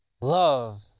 Love